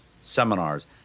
seminars